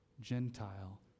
Gentile